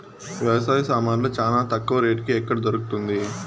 వ్యవసాయ సామాన్లు చానా తక్కువ రేటుకి ఎక్కడ దొరుకుతుంది?